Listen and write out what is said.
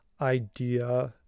idea